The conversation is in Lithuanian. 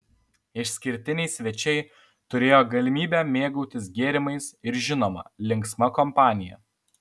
išskirtiniai svečiai turėjo galimybę mėgautis gėrimais ir žinoma linksma kompanija